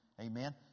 Amen